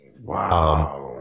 Wow